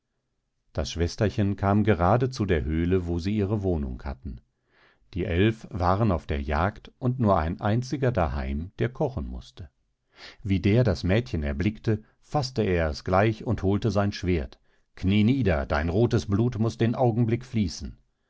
das schwesterchen kam gerade zu der höhle wo sie ihre wohnung hatten die eilf waren auf der jagd und nur ein einziger daheim der kochen mußte wie der das mädchen erblickte faßte er es gleich und holte sein schwert knie nieder dein rothes blut muß den augenblick fließen